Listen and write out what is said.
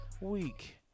week